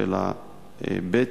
שאלה ב'